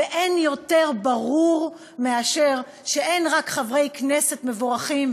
ואין יותר ברור מאשר שאין רק חברי כנסת מבורכים,